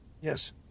Yes